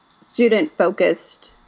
student-focused